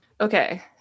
Okay